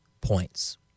points